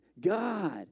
God